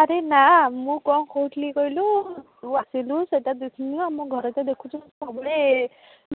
ଆରେ ନା ମୁଁ କ'ଣ କହୁଥିଲି କହିଲୁ ତୁ ଆସିଲୁ ସେଇଟା ଦେଖିନି ଆମ ଘର ତ ଦେଖୁଛୁ ସବୁବେଳେ